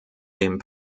dem